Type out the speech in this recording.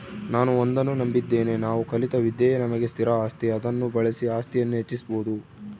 ನಾನು ಒಂದನ್ನು ನಂಬಿದ್ದೇನೆ ನಾವು ಕಲಿತ ವಿದ್ಯೆಯೇ ನಮಗೆ ಸ್ಥಿರ ಆಸ್ತಿ ಅದನ್ನು ಬಳಸಿ ಆಸ್ತಿಯನ್ನು ಹೆಚ್ಚಿಸ್ಬೋದು